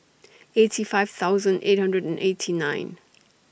eighty five thousand eight hundred and eighty nine